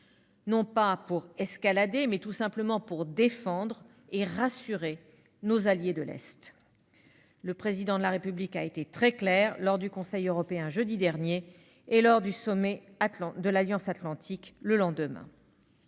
sens d'une escalade, mais tout simplement pour défendre et rassurer nos alliés de l'Est. Le Président de la République a été très clair lors du Conseil européen, jeudi dernier, et lors du sommet de l'Alliance atlantique, le lendemain.